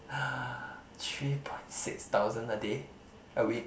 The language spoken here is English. three point six thousand a day a week